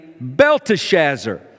Belteshazzar